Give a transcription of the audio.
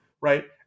right